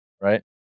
right